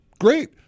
Great